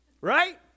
Right